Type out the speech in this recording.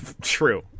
True